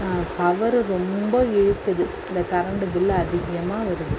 power ரொம்ப இழுக்குது இந்த கரண்டு பில்லு அதிகமாக வருது